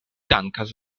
dankas